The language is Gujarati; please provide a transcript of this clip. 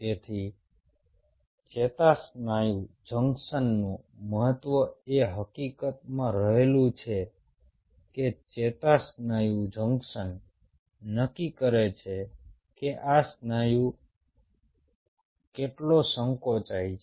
તેથી ચેતાસ્નાયુ જંકશનનું મહત્વ એ હકીકતમાં રહેલું છે કે ચેતાસ્નાયુ જંકશન નક્કી કરે છે કે આ સ્નાયુ કેટલો સંકોચાય છે